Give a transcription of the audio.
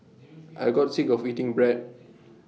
I got sick of eating bread